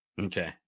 Okay